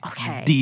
Okay